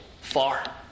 far